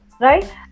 right